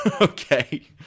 Okay